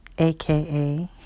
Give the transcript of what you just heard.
aka